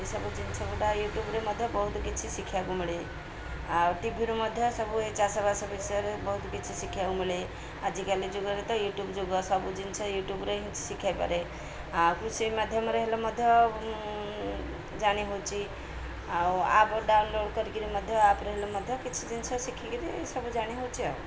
ଏସବୁ ଜିନିଷ ଗୁଡ଼ା ୟୁଟ୍ୟୁବ୍ରେ ମଧ୍ୟ ବହୁତ କିଛି ଶିଖିବାକୁ ମିଳେ ଆଉ ଟିଭିରୁ ମଧ୍ୟ ସବୁ ଏ ଚାଷବାସ ବିଷୟରେ ବହୁତ କିଛି ଶିଖିବାକୁ ମିଳେ ଆଜିକାଲି ଯୁଗରେ ତ ୟୁଟ୍ୟୁବ୍ ଯୁଗ ସବୁ ଜିନିଷ ୟୁଟ୍ୟୁବ୍ରେ ଶିଖାଇ ପାରେ ଆଉ କୃଷି ମାଧ୍ୟମରେ ହେଲେ ମଧ୍ୟ ଜାଣି ହେଉଛି ଆଉ ଆପ୍ ଡାଉନଲୋଡ଼୍ କରିକିରି ମଧ୍ୟ ଆପ୍ରେ ହେଲେ ମଧ୍ୟ କିଛି ଜିନିଷ ଶିଖିକିରି ସବୁ ଜାଣି ହେଉଛି ଆଉ